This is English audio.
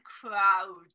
crowd